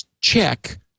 check